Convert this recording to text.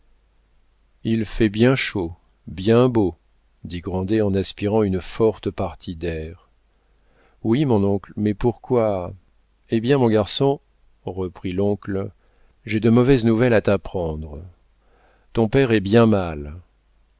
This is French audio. il fait bien chaud bien beau dit grandet en aspirant une forte partie d'air oui mon oncle mais pourquoi eh bien mon garçon reprit l'oncle j'ai de mauvaises nouvelles à t'apprendre ton père est bien mal